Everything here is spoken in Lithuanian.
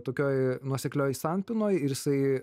tokioj nuoseklioj sampynoj ir jisai